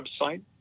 website